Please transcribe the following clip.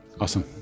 Awesome